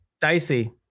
dicey